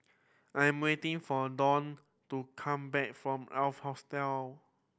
I'm waiting for Donal to come back from Hostel